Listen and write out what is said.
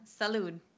Salud